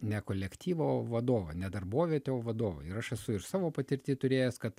ne kolektyvą o vadovą ne darbovietę o vadovą ir aš esu ir savo patirty turėjęs kad